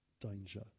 danger